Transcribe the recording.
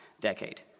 decade